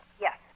Yes